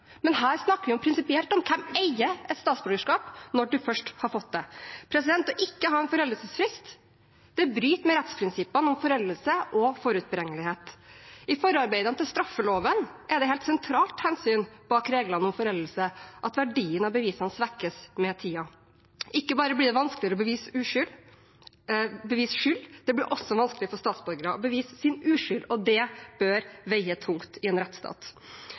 Men her snakker vi prinsipielt om hvem som eier et statsborgerskap når man først har fått det. Ikke å ha en foreldelsesfrist bryter med rettsprinsippene om foreldelse og forutberegnelighet. I forarbeidene til straffeloven er det et helt sentralt hensyn bak reglene om foreldelse at verdien av bevisene svekkes med tiden. Ikke bare blir det vanskeligere å bevise skyld, det blir også vanskelig for statsborgere å bevise sin uskyld, og det bør veie tungt i en rettsstat.